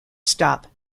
stop